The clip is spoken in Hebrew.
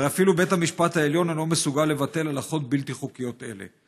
הרי אפילו בית המשפט העליון אינו מסוגל לבטל הלכות בלתי חוקיות אלה.